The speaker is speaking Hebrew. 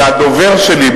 אלא הדובר שלי,